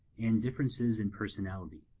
and differences in personality.